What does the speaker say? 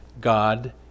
God